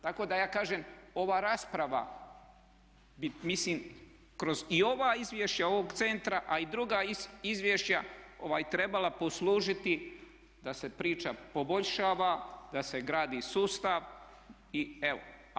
Tako da ja kažem ova rasprava, mislim kroz i ova izvješća ovog centra, a i druga izvješća trebala poslužiti da se priča poboljšava, da se gradi sustav i evo.